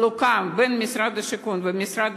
החלוקה בין משרד הבינוי והשיכון למשרד